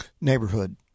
Neighborhood